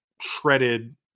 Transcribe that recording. shredded